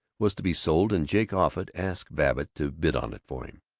was to be sold, and jake offut asked babbitt to bid on it for him.